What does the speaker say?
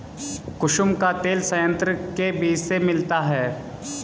कुसुम का तेल संयंत्र के बीज से मिलता है